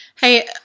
Hey